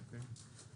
אוקיי.